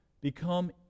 become